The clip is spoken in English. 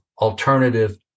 alternative